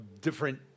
different